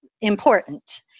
important